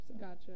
Gotcha